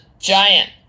Giant